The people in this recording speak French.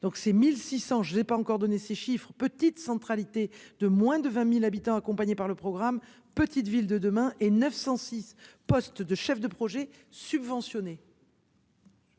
Donc ces 1600 j'ai pas encore donné ces chiffres petite centralité de moins de 20.000 habitants, accompagné par le programme Petites Villes de demain et 906 postes de chef de projet subventionné.